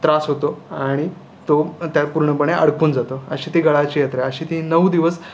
त्रास होतो आणि तो त्यात पूर्णपणे अडकून जातो अशी ती गळाची यात्रा अशी ती नऊ दिवस